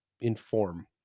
inform